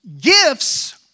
Gifts